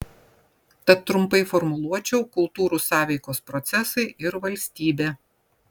tad trumpai formuluočiau kultūrų sąveikos procesai ir valstybė